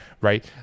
right